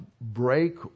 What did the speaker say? break